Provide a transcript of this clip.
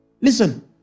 Listen